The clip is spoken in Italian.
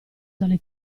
dalle